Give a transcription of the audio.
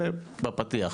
זה בפתיח.